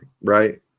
right